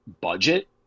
budget